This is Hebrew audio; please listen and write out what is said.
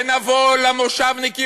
ונבוא למושבניקים,